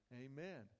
amen